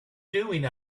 doing